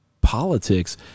politics